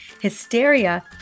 hysteria